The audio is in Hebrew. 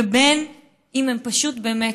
ובין אם הם פשוט באמת,